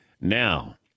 now